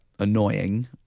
annoying